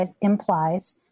implies